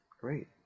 Great